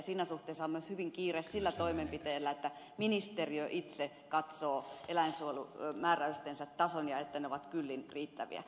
siinä suhteessa on myös hyvin kiire sillä toimenpiteellä että ministeriö itse katsoo eläinsuojelumääräystensä tason ja sen että ne ovat riittäviä